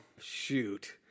shoot